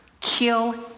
kill